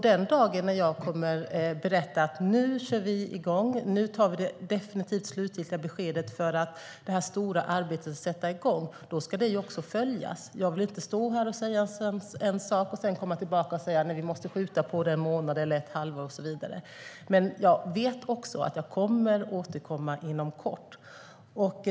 Den dagen då jag berättar att vi kör igång och tar det definitivt slutgiltiga beslutet för att det här stora arbetet ska sätta igång ska det också följas. Jag vill inte stå här och säga en sak och sedan komma tillbaka och säga: Nej, vi måste skjuta på det en månad eller halvår. Jag kommer att återkomma inom kort.